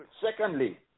Secondly